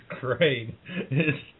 great